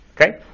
Okay